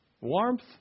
warmth